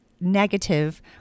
negative